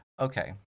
Okay